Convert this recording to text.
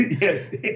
Yes